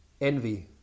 envy